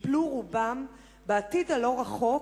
ייפלו רובם, בעתיד הלא-רחוק,